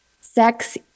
sex